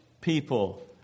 people